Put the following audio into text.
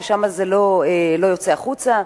ששם זה לא יוצא החוצה.